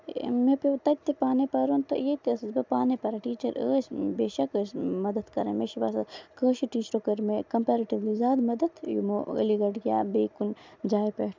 مےٚ پیووٚ تَتہِ تہِ پانٕے پَرُن تہٕ ییٚتہِ تہِ ٲسٕس بہٕ پانے پَران ٹیٖچر ٲسۍ بے شک ٲسۍ مدتھ کران مےٚ چھُ باسان کٲشِر ٹیٖچرو کھۄتہِ چھِ مےٚ کَمپیرٹیولی زیادٕ مدد یِمو علی گڑھ یا بیٚیہِ کُنہِ جایہِ پٮ۪ٹھ